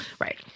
Right